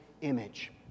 image